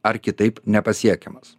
ar kitaip nepasiekiamas